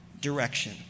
direction